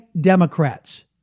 Democrats